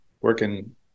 working